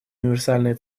универсальные